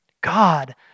God